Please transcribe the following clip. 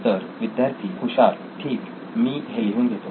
तर विद्यार्थी हुशार ठीक मी हे लिहू देईन